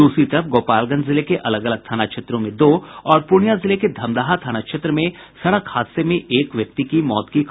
दूसरी तरफ गोपालगंज जिले के अलग अलग थाना क्षेत्रों में दो और पूर्णियां जिले के धमदाहा थाना क्षेत्र में सड़क हादसे में एक व्यक्ति की मौत हो गयी